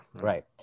Right